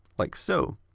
like so.